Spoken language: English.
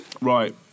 Right